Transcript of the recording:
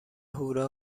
هورا